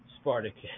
Spartacus